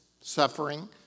suffering